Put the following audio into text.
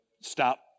stop